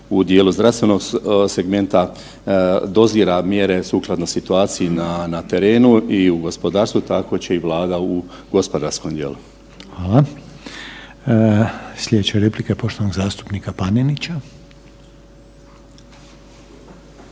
u dijelu zdravstvenog segmenta dozira mjere sukladno situaciji na terenu i u gospodarstvu, tako će i Vlada u gospodarskom dijelu. **Reiner, Željko (HDZ)** Hvala. Slijedeće replike poštovanog zastupnika Panenića.